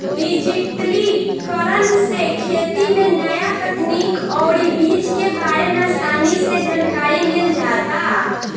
डिजिटलीकरण से खेती में न्या तकनीक अउरी बीज के बारे में आसानी से जानकारी मिल जाता